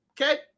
Okay